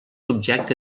objecte